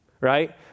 right